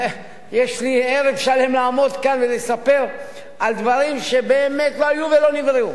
יש לי ערב שלם לעמוד כאן ולספר על דברים שבאמת לא היו ולא נבראו.